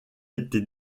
été